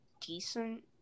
decent